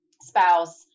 spouse